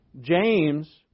James